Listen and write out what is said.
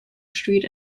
street